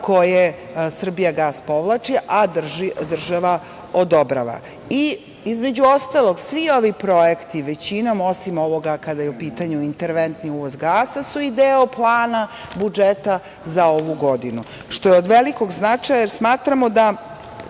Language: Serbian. koje „Srbijagas“ povlači, a država odobrava. Između ostalog, svi ovi projekti većinom, osim ovoga kada je u pitanju interventni uvoz gasa, su i deo plana budžeta za ovu godinu, što je od velikog značaja, jer smatramo da